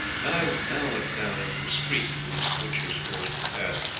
guy now went down into the street through which the butchers' force would pass.